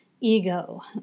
ego